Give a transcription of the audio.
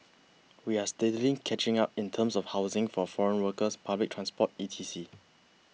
we are steadily catching up in terms of housing for foreign workers public transport E T C